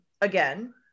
Again